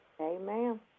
Amen